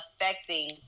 affecting